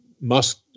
Musk